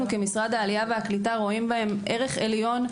אנו כמשרד העלייה והקליטה רואים בהם ערך עליון.